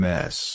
Mess